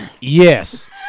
Yes